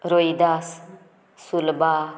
Rohidas Sulba